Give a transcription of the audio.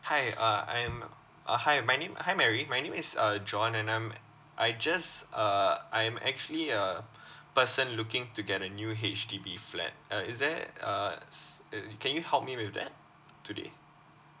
hi uh I'm uh hi my name hi mary my name is uh john and I'm I just uh I am actually a person looking to get a new H_D_B flat uh is there uh s~ uh can you help me with that today